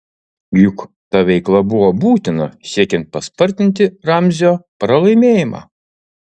juk ta veikla buvo būtina siekiant paspartinti ramzio pralaimėjimą